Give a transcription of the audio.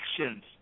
actions